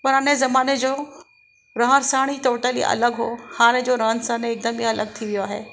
पुराने ज़माने जो रहणु सहण ई टोटली अलॻि हो हाणे जो रहणु सहणु हिकदमि ई अलॻि थी वियो आहे